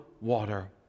water